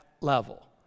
level